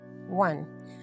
One